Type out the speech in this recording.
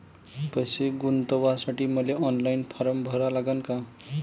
पैसे गुंतवासाठी मले ऑनलाईन फारम भरा लागन का?